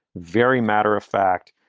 very matter of fact,